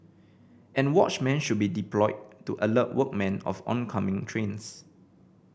and watchmen should be deployed to alert workmen of oncoming trains